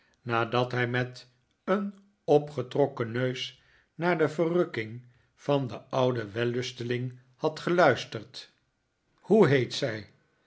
nadat hij met een opgetrokken neus naar de verrukking van den oudeh wellusteling had geluisterd hoe heet zij